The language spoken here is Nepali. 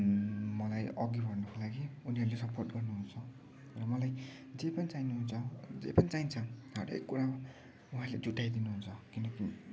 मलाई अघि बढ्नुको लागि उनीहरूले सपोर्ट गर्नुहुन्छ र मलाई जे पनि चाहिनुहुन्छ जे पनि चाइन्छ हरेक कुरा उहाँहरूले जुटाइदिनु हुन्छ किनकि